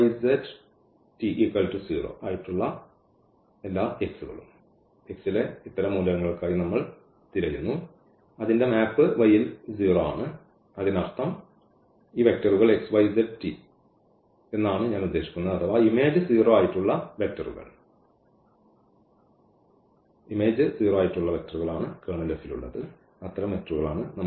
ഇപ്പോൾ x ലെ മൂലകങ്ങൾക്കായി നമ്മൾ തിരയുന്നു അതിന്റെ മാപ് Y ൽ 0 ആണ് അതിനർത്ഥം ഈ വെക്റ്ററുകൾ x y z t എന്നാണ് ഞാൻ ഉദ്ദേശിക്കുന്നത് അഥവാ ഇമേജ് 0 ആയിട്ടുള്ള വെക്റ്ററുകൾ